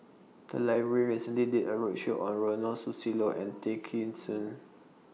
The Library recently did A roadshow on Ronald Susilo and Tay Kheng Soon